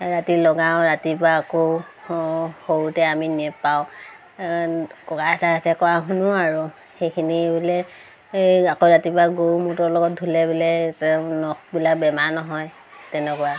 ৰাতি লগাওঁ ৰাতিপুৱা আকৌ সৰুতে আমি নেপাওঁ ককা আইতাহঁতে কোৱা শুনোঁ আৰু সেইখিনি বোলে এই আকৌ ৰাতিপুৱা গৰু মূটৰ লগত ধুলে বোলে নখবিলাক বেমাৰ নহয় তেনেকুৱা